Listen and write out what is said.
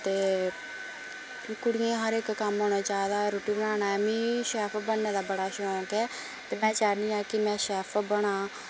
ते कुड़ियै गी हर इक कम्म औना चाहिदा रुट्टी बनाने दा मिगी शैफ बनने दा बड़ा शौंक ऐ ते में चाह्न्नी आं कि में शैफ बनां